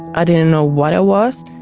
i didn't know what i was.